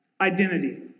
identity